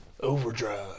Overdrive